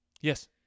Yes